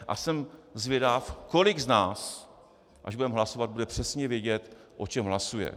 A jsem zvědav, kolik z nás, až budeme hlasovat, bude přesně vědět, o čem hlasuje.